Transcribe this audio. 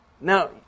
Now